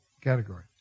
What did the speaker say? category